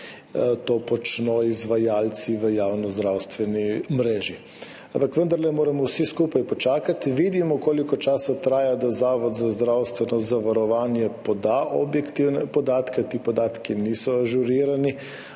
to počno izvajalci v javni zdravstveni mreži, ampak vendarle moramo vsi skupaj počakati. Vidimo, koliko časa traja, da Zavod za zdravstveno zavarovanje poda objektivne podatke, ti podatki niso ažurirani,